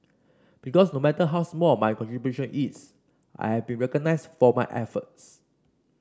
because no matter how small my contribution is I have been recognised for my efforts